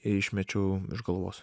išmečiau iš galvos